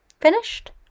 Finished